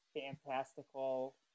fantastical